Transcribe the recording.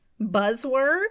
buzzword